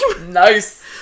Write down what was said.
Nice